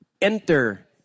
enter